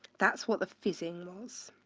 that's what the fizzing was.